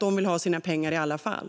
de vill ha sina pengar i alla fall.